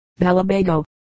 balabago